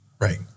Right